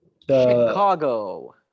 Chicago